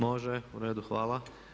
Može, u redu, hvala.